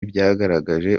byagaragaje